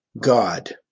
God